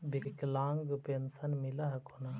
विकलांग पेन्शन मिल हको ने?